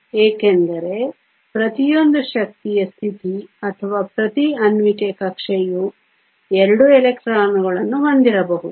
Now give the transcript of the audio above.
ಏಕೆಂದರೆ ಪ್ರತಿಯೊಂದು ಶಕ್ತಿಯ ಸ್ಥಿತಿ ಅಥವಾ ಪ್ರತಿ ಆಣ್ವಿಕ ಕಕ್ಷೆಯು 2 ಎಲೆಕ್ಟ್ರಾನ್ಗಳನ್ನು ಹೊಂದಿರಬಹುದು